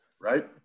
right